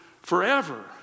forever